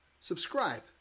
subscribe